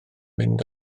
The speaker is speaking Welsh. mynd